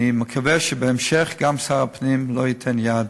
אני מקווה שגם בהמשך שר הפנים לא ייתן יד